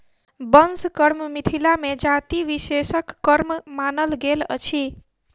बंस कर्म मिथिला मे जाति विशेषक कर्म मानल गेल अछि